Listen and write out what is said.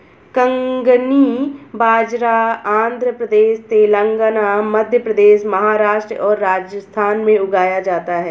कंगनी बाजरा आंध्र प्रदेश, तेलंगाना, मध्य प्रदेश, महाराष्ट्र और राजस्थान में उगाया जाता है